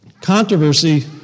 controversy